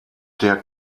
der